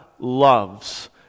Loves